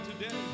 today